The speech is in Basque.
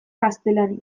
gaztelaniaz